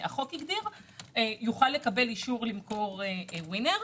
והחוק הגדיר יוכל לקבל אישור למכור וינר.